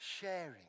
sharing